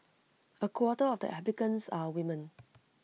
A quarter of the applicants are women